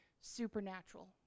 supernatural